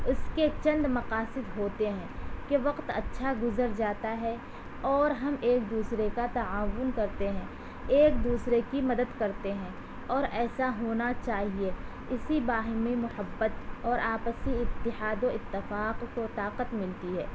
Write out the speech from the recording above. اس کے چند مقاصد ہوتے ہیں کہ وقت اچھا گزر جاتا ہے اور ہم ایک دوسرے کا تعاون کرتے ہیں ایک دوسرے کی مدد کرتے ہیں اور ایسا ہونا چاہیے اسی باہمی محبت اور آپسی اتحاد و اتفاق کو طاقت ملتی ہے